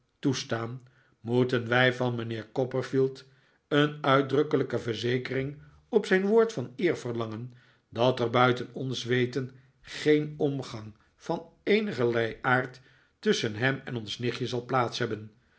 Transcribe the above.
toestaan moeten wij van mijnheer copperfield een uitdrukkelijke verzekering op zijn woord van eer verlangen dat er buiten ons weten geen omgang van eenigen aard tusschen hem en ons nichtje zal plaats hebben